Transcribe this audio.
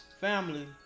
Family